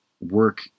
work